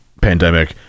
pandemic